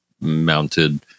mounted